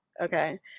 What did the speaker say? okay